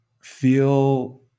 feel